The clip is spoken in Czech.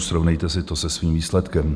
Srovnejte si to se svým výsledkem.